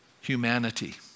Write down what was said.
Humanity